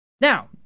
Now